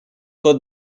кот